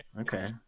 Okay